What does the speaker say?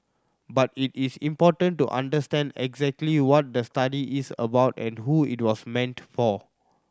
but it is important to understand exactly what the study is about and who it was meant for